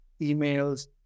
emails